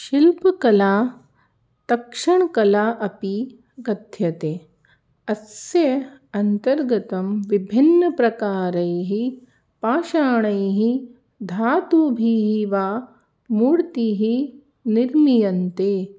शिल्पकला तक्षणकला अपि कथ्यते अस्य अन्तर्गतं विभिन्नप्रकारैः पाषाणैः धातुभिः वा मूर्तिः निर्मीयन्ते